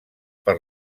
per